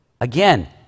Again